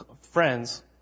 friends